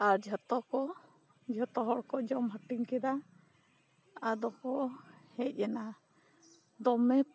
ᱟᱨ ᱡᱷᱚᱛᱚ ᱠᱚ ᱡᱷᱚᱛᱚ ᱦᱚᱲᱠᱚ ᱡᱚᱢ ᱦᱟᱹᱴᱤᱧ ᱠᱮᱫᱟ ᱟᱫᱚ ᱠᱚ ᱦᱮᱡ ᱮᱱᱟ ᱫᱚᱢᱮ